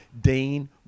Dean